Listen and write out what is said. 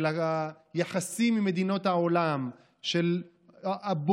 של היחסים עם מדינות העולם, של הבורות